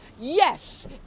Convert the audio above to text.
yes